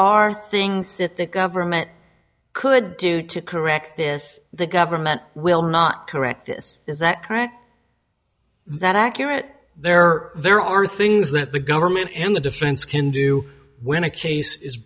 are things that the government could do to correct this the government will not correct this is that correct that accurate there are there are things that the government and the defense can do when a case is